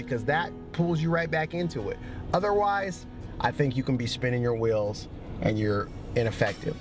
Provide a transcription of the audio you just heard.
because that cause you right back into it otherwise i think you can be spinning your wheels and you're in effect